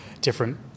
different